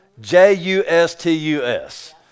J-U-S-T-U-S